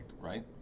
right